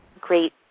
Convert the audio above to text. great